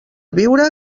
viure